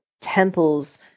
temples